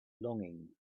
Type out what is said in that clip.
longing